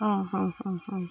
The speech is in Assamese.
অঁ অঁ অঁ অঁ